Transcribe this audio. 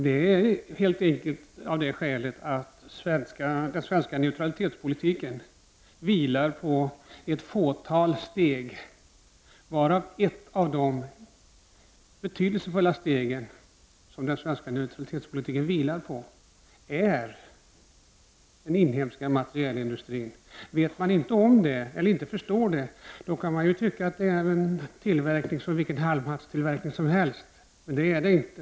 Det är helt enkelt av det skälet att den svenska neutralitetspolitiken vilar på ett fåtal steg. Ett av de betydelsefulla steg som den svenska neutralitetspolitiken vilar på är den inhemska materielindustrin. Om man inte vet eller förstår det kan man ju tycka att det är en tillverkning som vilken halmhattstillverkning som helst. Men det är det inte.